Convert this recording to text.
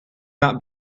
not